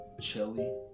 chili